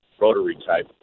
rotary-type